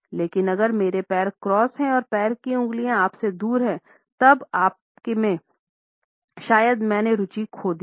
लेकिन अगर मेरे पैरों क्रॉस हैं और पैर की अंगुली आपसे दूर हैं तब आपने शायद मेरी रुचि खो दी है